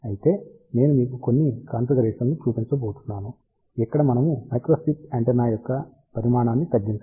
అయితే నేను మీకు కొన్ని కాన్ఫిగరేషన్లను చూపించబోతున్నాను ఇక్కడ మనము మైక్రోస్ట్రిప్ యాంటెన్నా యొక్క పరిమాణాన్ని తగ్గించగలము